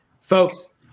folks